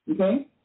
Okay